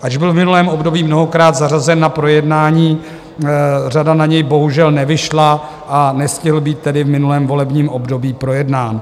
Ač byl v minulém období mnohokrát zařazen na projednání, řada na něj bohužel nevyšla, a nestihl být tedy v minulém volebním období projednán.